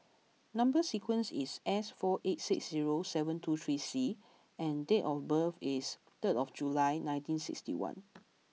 number sequence is S four eight six zero seven two three C and date of birth is third of July nineteen sixty one